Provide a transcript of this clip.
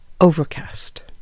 Overcast